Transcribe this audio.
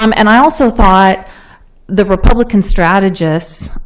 um and i also thought the republican strategists